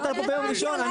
באת לפה ביום ראשון?